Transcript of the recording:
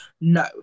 No